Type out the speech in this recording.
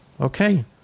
Okay